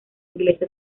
inglesa